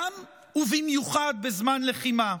גם ובמיוחד בזמן לחימה.